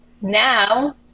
now